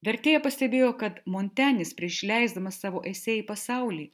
vertėja pastebėjo kad montenis prieš leisdamas savo esė į pasaulį